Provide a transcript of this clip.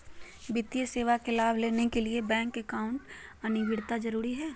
वित्तीय सेवा का लाभ लेने के लिए बैंक अकाउंट अनिवार्यता जरूरी है?